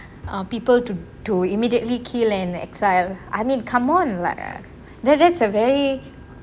um people to to immediately kill and exile I mean come on lah that's a very